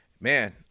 Man